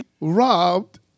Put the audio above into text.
robbed